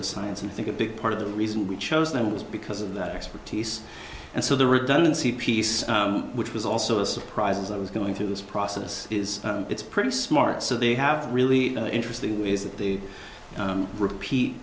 a science and i think a big part of the reason we chose them was because of that expertise and so the redundancy piece which was also a surprise as i was going through this process is it's pretty smart so they have really interesting is that the repeat